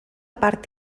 part